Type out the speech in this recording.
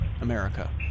America